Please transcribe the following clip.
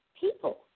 people